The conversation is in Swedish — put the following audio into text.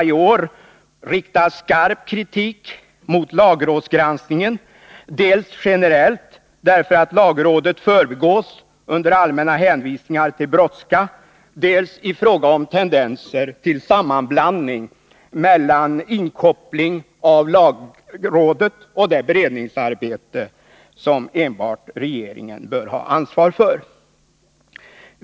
I år riktas skarp kritik mot lagrådsgranskningen, dels generellt därför att lagrådet förbigås under allmänna hänvisningar till brådska, dels i fråga om tendenser till sammanblandning mellan inkoppling av lagrådet och det beredningsarbete som enbart regeringen bör ha ansvar för.